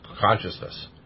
consciousness